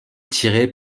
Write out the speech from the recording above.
tirée